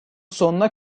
sonuna